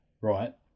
Right